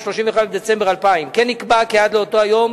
31 בדצמבר 2000. כן נקבע כי עד לאותו יום